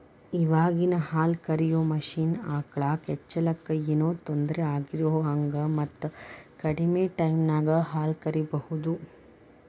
ಇವಾಗಿನ ಹಾಲ ಕರಿಯೋ ಮಷೇನ್ ಆಕಳ ಕೆಚ್ಚಲಕ್ಕ ಏನೋ ತೊಂದರೆ ಆಗದಿರೋಹಂಗ ಮತ್ತ ಕಡಿಮೆ ಟೈಮಿನ್ಯಾಗ ಹಾಲ್ ಕರಿಬಹುದು